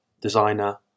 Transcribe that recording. designer